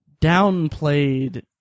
downplayed